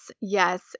yes